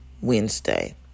Wednesday